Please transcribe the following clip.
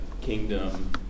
kingdom